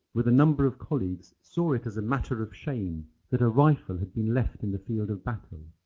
with a number of colleagues, saw it as a matter of shame that a rifle had been left in the field of battle,